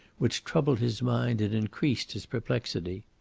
which troubled his mind and increased his perplexity.